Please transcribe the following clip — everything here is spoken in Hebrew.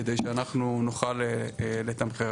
כדי שאנחנו נוכל לתמחר.